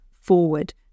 forward